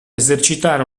esercitare